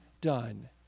done